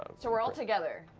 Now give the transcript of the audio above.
so we're all together?